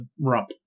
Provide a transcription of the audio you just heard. rump